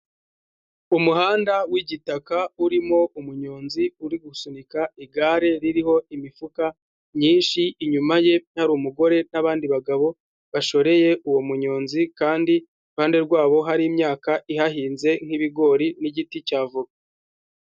Umuhanda w'igitaka urimo umunyonzi uri gusunika igare ririho imifuka myinshi, inyuma ye hari umugore n'abandi bagabo, bashoreye uwo munyonzi kandi iruhande rwabo hari imyaka ihahinze nk'ibigori n'igiti cya voka.